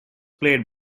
played